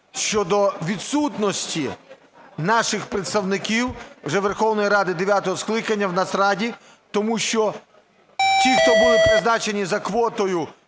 щодо відсутності наших представників вже Верховної Ради дев'ятого скликання у Нацраді, тому що ті, хто були призначені за квотою